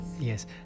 Yes